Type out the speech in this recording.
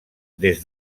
des